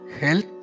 health